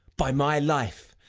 by my life!